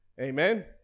amen